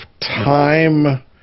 time